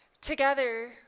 together